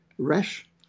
rash